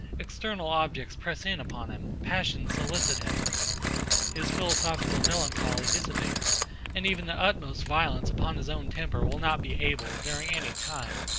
external objects press in upon him passions solicit him his philosophical melancholy dissipates and even the utmost violence upon his own temper will not be able, during any time,